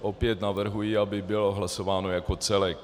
Opět navrhuji, aby bylo hlasováno jako celek.